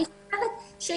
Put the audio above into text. אני ראיתי שמוזמנים